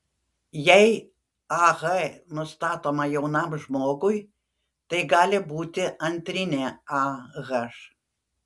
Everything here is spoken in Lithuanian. jei ah nustatoma jaunam žmogui tai gali būti antrinė ah